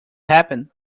happen